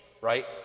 right